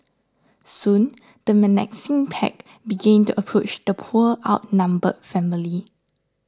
soon the menacing pack began to approach the poor outnumbered family